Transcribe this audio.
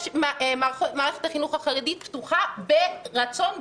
מערכת החינוך החרדית פתוחה ברצון,